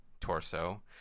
Torso